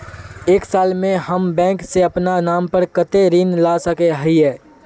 एक साल में हम बैंक से अपना नाम पर कते ऋण ला सके हिय?